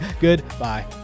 Goodbye